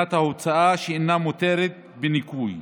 מבחינת ההוצאה שאינה מותרת בניכוי